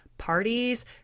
Parties